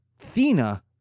Athena